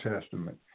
Testament